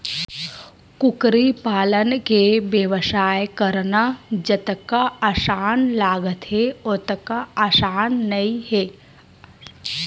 कुकरी पालन के बेवसाय करना जतका असान लागथे ओतका असान नइ हे